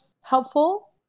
helpful